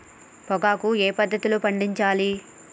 పొగాకు ఏ పద్ధతిలో పండించాలి?